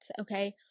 okay